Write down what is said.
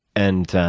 and